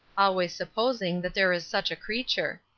always supposing that there is such a creature.